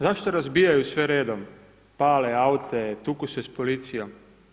Zašto razbijaju sve redom, pale aute, tuku se s policijom?